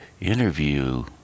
interview